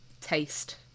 taste